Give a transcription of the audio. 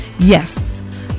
Yes